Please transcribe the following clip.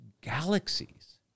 galaxies